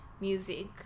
music